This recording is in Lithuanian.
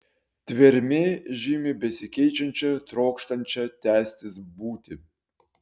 tvermė žymi besikeičiančią trokštančią tęstis būtį